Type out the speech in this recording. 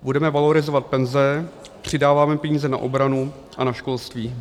Budeme valorizovat penze, přidáváme peníze na obranu a na školství.